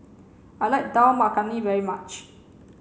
I like Dal Makhani very much